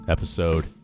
Episode